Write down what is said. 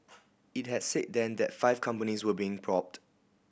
it had said then that five companies were being probed